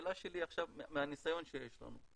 השאלה שלי עכשיו מהניסיון שיש לכם,